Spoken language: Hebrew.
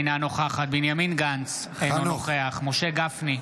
אינה נוכחת בנימין גנץ, אינו נוכח משה גפני,